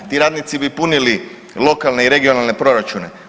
Ti radnici bi punili lokalne i regionalne proračune.